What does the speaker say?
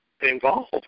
involved